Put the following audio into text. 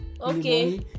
okay